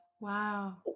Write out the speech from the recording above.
wow